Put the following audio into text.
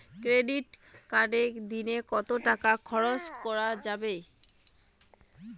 Credit কার্ডে দিনে কত টাকা খরচ করা যাবে?